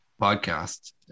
podcast